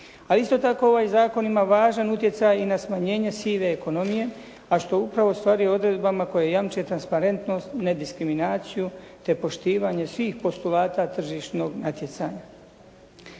ali isto tako ovaj zakon ima važan utjecaj i na smanjenje sive ekonomije, a što upravo ostvaruje odredbama koje jamče transparentnost, nediskrimaniciju, te poštivanje svih postulata tržišnog natjecanja.